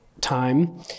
time